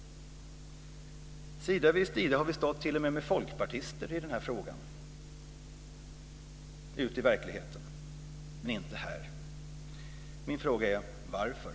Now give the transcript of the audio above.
Sida vid sida har vi stått t.o.m. med folkpartister i denna fråga ute i verkligheten, men inte här.